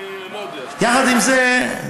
יחד עם זה,